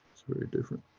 very different.